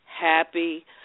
Happy